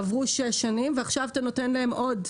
עברו שש שנים ועכשיו אתה נותן להם עוד זמן.